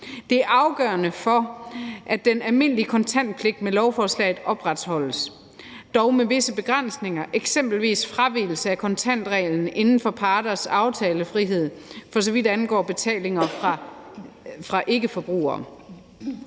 Den er afgørende for, at den almindelige kontantpligt med lovforslaget opretholdes, dog med visse begrænsninger, eksempelvis fravigelse af kontantreglen inden for parters aftalefrihed, for så vidt angår betalinger fra ikkeforbrugere.